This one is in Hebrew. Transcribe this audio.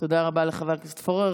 תודה רבה לחבר הכנסת פורר.